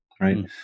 Right